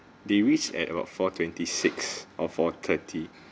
they reached at about four twenty six or four thirty